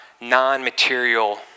non-material